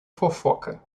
fofoca